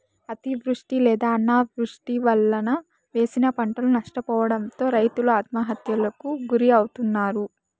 అతివృష్టి లేదా అనావృష్టి వలన వేసిన పంటలు నష్టపోవడంతో రైతులు ఆత్మహత్యలకు గురి అవుతన్నారు